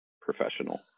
professional